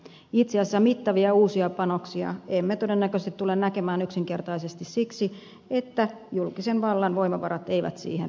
itse asiassa mittavia uusia panoksia emme todennäköisesti tule näkemään yksinkertaisesti siksi että julkisen vallan voimavarat eivät siihen riitä